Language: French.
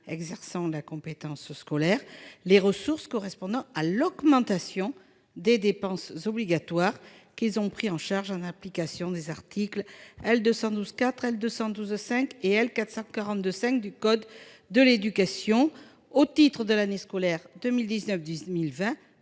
exerçant la compétence scolaire les ressources correspondant à l'augmentation des dépenses obligatoires qu'ils ont prises en charge en application des articles L. 212-4, L. 212-5 et L. 442-5 du code de l'éducation au titre de l'année scolaire 2019-2020